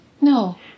No